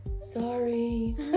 sorry